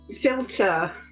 filter